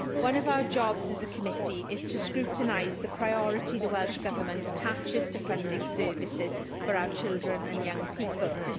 one of our jobs as a committee is to scrutinise the priority the welsh government attaches to funding services for our children and young people.